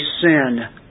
sin